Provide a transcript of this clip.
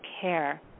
care